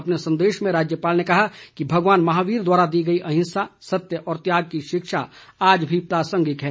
अपने संदेश में राज्यपाल ने कहा कि भगवान महावीर द्वारा दी गई अहिंसा सत्य और त्याग की शिक्षा आज भी प्रांसगिक है